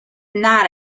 not